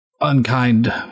unkind